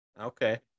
Okay